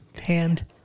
Hand